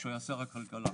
כשהוא היה שר הכלכלה.